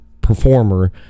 performer